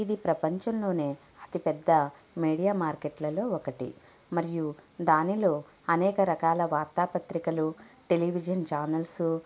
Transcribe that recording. ఇది ప్రపంచంలోనే అతిపెద్ద మీడియా మార్కెట్లలో ఒకటి మరియు దానిలో అనేక రకాల వార్తాపత్రికలు టెలివిజన్ ఛానల్సు